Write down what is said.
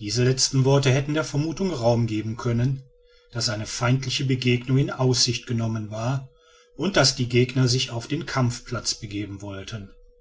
diese letzten worte hätten der vermuthung raum geben können daß eine feindliche begegnung in aussicht genommen war und daß die gegner sich auf den kampfplatz begeben wollten